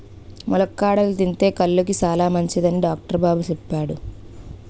ములక్కాడలు తింతే కళ్ళుకి సాలమంచిదని డాక్టరు బాబు సెప్పాడు